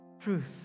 truth